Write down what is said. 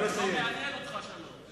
שלא מעניין אותך שלום.